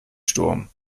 sturm